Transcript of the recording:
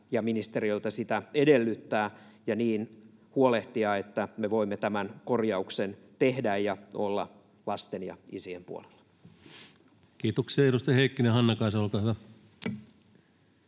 ja ministeriöltä sitä edellyttää ja niin huolehtia, että me voimme tämän korjauksen tehdä ja olla lasten ja isien puolella. Kiitoksia. — Edustaja Heikkinen, Hannakaisa, olkaa hyvä.